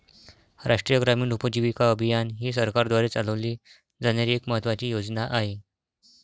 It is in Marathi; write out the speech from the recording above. राष्ट्रीय ग्रामीण उपजीविका अभियान ही सरकारद्वारे चालवली जाणारी एक महत्त्वाची योजना आहे